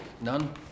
None